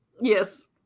Yes